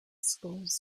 schools